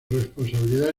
responsabilidad